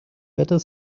better